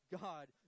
God